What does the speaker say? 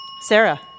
Sarah